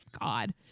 God